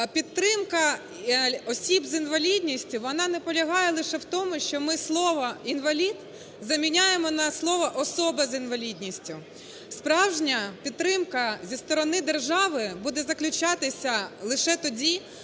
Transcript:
підтримка осіб з інвалідністю, вона не полягає лише у тому, що ми слово "інвалід" зміняємо на слово "особи з інвалідністю". Справжня підтримка зі сторони держави буде заключатися лише тоді,